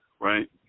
Right